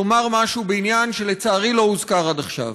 לומר משהו בעניין שלצערי לא הוזכר עד עכשיו,